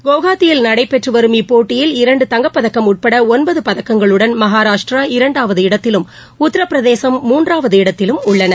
ஹவுகாத்தியில் நடைபெற்று வரும் இப்போட்டியில் இரண்டு தங்கப்பதக்கம் உப்பட ஒன்பது பதக்கங்களுடன் மகாராஷ்டிரா இரண்டாவது இடத்திலும் உத்திரபிரதேசும் மூன்றாவது இடத்திலும் உள்ளன